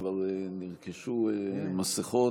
וכבר נרכשו מסכות,